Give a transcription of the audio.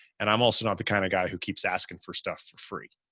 and i'm also not the kind of guy who keeps asking for stuff for free.